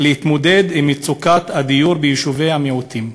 להתמודד עם מצוקת הדיור ביישובי המיעוטים.